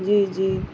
جی جی